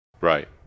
Right